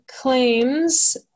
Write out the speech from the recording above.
claims